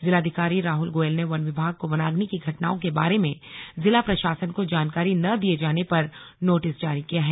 जिलाधिकारी राहुल गोयल ने वन विभाग को वनाग्नि की घटनाओं के बारे में जिला प्रशासन को जानकारी न दिए जाने पर नोटिस जारी किया है